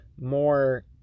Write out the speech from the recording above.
more